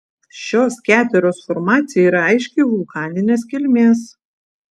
šios keteros formacija yra aiškiai vulkaninės kilmės